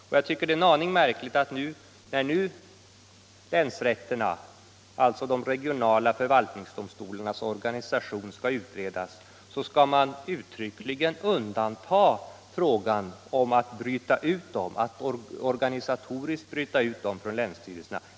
Jag tycker att det är en aning märkligt att när nu länsrätternas, dvs. de regionala förvaltningsdomstolarnas, organisation skall utredas så skall man uttryckligen undanta frågan om att organisatoriskt bryta ut dem ur länsstyrelserna.